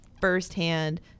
firsthand